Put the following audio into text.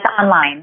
online